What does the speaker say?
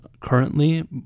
currently